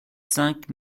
cinq